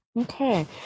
Okay